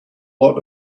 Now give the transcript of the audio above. lot